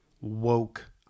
woke